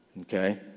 Okay